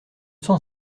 cent